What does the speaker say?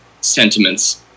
sentiments